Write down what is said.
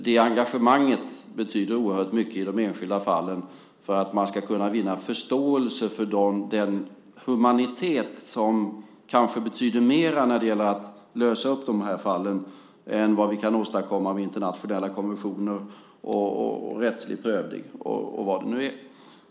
Det engagemanget betyder oerhört mycket i de enskilda fallen för att man ska kunna vinna förståelse för den humanitet som kanske betyder mer när det gäller att lösa de här fallen än vad vi kan åstadkomma med internationella konventioner och rättslig prövning och vad det nu är.